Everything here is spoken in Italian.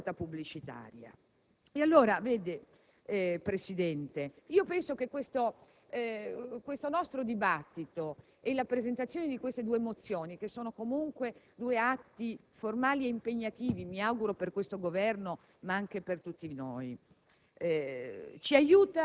o per la raccolta pubblicitaria. Quindi, signor Presidente, penso che il nostro dibattito e la presentazione di queste mozioni (che sono due atti formali e impegnativi mi auguro per questo Governo, ma anche per tutti noi)